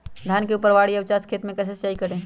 धान के ऊपरवार या उचास खेत मे कैसे सिंचाई करें?